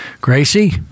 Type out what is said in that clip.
Gracie